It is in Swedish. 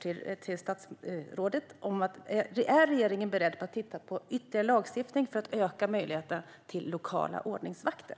till statsrådet är därför: Är regeringen beredd att titta på ytterligare lagstiftning för att öka möjligheten till lokala ordningsvakter?